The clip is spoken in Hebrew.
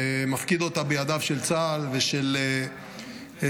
מפקיד אותה בידיו של צה"ל ושל אכ"א.